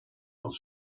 aus